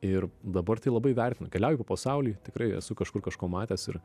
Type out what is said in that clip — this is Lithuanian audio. ir dabar tai labai vertinu keliauju po pasaulį tikrai esu kažkur kažko matęs ir